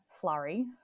flurry